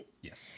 Yes